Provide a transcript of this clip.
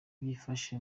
byifashe